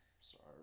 Sorry